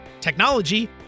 technology